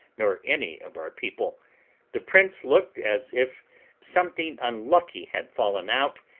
nor any of our people the prince looked as if something unlucky had fallen out,